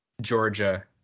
Georgia